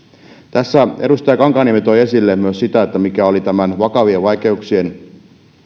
tässä edustaja kankaanniemi toi esille myös sen mikä oli tämä vakavien vaikeuksien